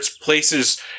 places